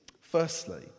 Firstly